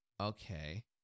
Okay